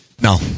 No